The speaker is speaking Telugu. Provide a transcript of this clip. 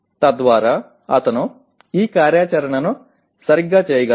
తద్వారా అతను ఈ కార్యాచరణను సరిగ్గా చేయగలడు